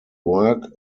work